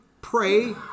pray